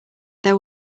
there